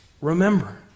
remember